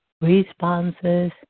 Responses